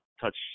touch